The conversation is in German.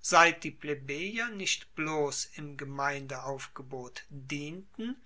seit die plebejer nicht bloss im gemeindeaufgebot dienten